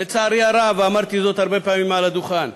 לצערי הרב, ואמרתי זאת הרבה פעמים מעל הדוכן,